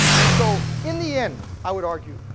and so, in the end, i would argue,